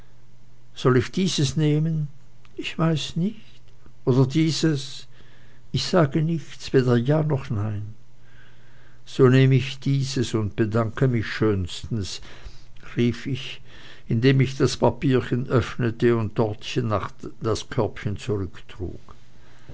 soll ich dieses nehmen ich weiß nicht oder dieses ich sage nichts weder ja noch nein so nehm ich dieses und bedanke mich schönstens rief ich indem ich das papierchen öffnete und dortchen rasch das körbchen zurückzog